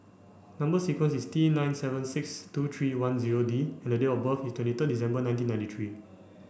number sequence is T nine seven six two three one zero D and date of birth is twenty third December nineteen ninety three